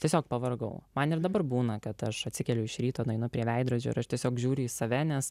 tiesiog pavargau man ir dabar būna kad aš atsikeliu iš ryto nueinu prie veidrodžio ir aš tiesiog žiūri į save nes